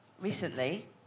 recently